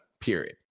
period